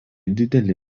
dideli